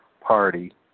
Party